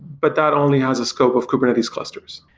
but that only has a scope of kubernetes clusters.